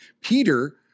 Peter